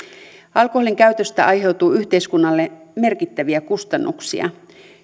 alkoholinkäytöstä aiheutuu yhteiskunnalle merkittäviä kustannuksia